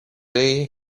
day